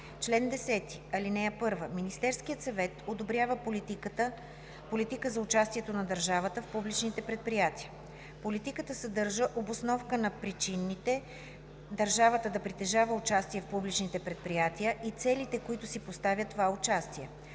„Чл. 10. (1) Министерският съвет одобрява политика за участието на държавата в публичните предприятия. Политиката съдържа обосновка на причините държавата да притежава участие в публичните предприятия и целите, които си поставя това участие,